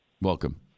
Welcome